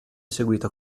seguita